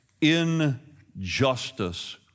injustice